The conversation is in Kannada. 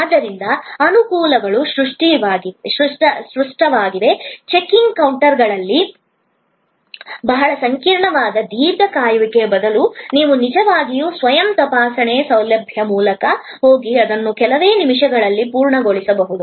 ಆದ್ದರಿಂದ ಅನುಕೂಲಗಳು ಸ್ಪಷ್ಟವಾಗಿವೆ ಚೆಕಿಂಗ್ ಕೌಂಟರ್ನಲ್ಲಿ ಬಹಳ ಸಂಕೀರ್ಣವಾದ ದೀರ್ಘ ಕಾಯುವಿಕೆಯ ಬದಲು ನೀವು ನಿಜವಾಗಿಯೂ ಸ್ವಯಂ ತಪಾಸಣೆ ಸೌಲಭ್ಯದ ಮೂಲಕ ಹೋಗಿ ಅದನ್ನು ಕೆಲವೇ ನಿಮಿಷಗಳಲ್ಲಿ ಪೂರ್ಣಗೊಳಿಸಬಹುದು